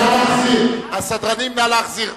השר פרוש, נא להיכנס.